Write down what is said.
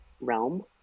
realm